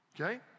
Okay